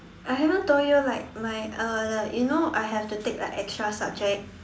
I haven't told you like my uh the you know I have to take like extra subjects